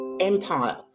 empire